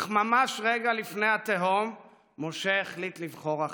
אך ממש רגע לפני התהום משה החליט לבחור אחרת.